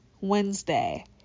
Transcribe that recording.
Wednesday